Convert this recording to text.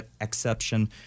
exception